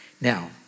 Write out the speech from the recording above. Now